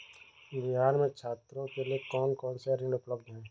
बिहार में छात्रों के लिए कौन कौन से ऋण उपलब्ध हैं?